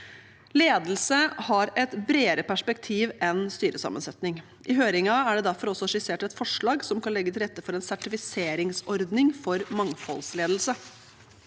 Ledelse har et bredere perspektiv enn styresammensetning. I høringen er det derfor også skissert et forslag som kan legge til rette for en sertifiseringsordning for mangfoldsledelse.